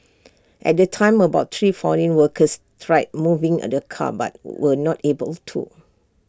at the time about three foreign workers tried moving and the car but were not able to